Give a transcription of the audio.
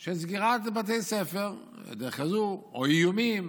של סגירת בתי ספר בדרך כזאת או איומים